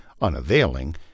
unavailing